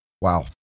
Wow